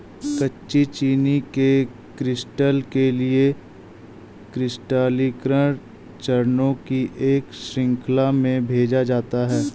कच्ची चीनी के क्रिस्टल के लिए क्रिस्टलीकरण चरणों की एक श्रृंखला में भेजा जाता है